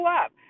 up